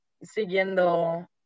siguiendo